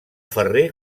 ferrer